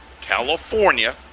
California